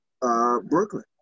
Brooklyn